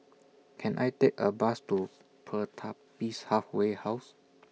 Can I Take A Bus to Pertapis Halfway House